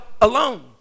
alone